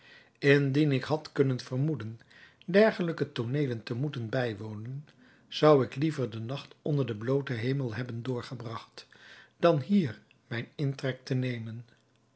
indien ik had kunnen vermoeden dergelijke tooneelen te moeten bijwonen zou ik liever den nacht onder den blooten hemel hebben doorgebragt dan hier mijn intrek te nemen